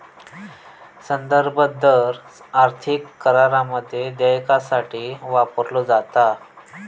संदर्भ दर आर्थिक करारामध्ये देयकासाठी वापरलो जाता